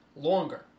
longer